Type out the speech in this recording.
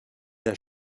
der